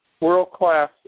world-class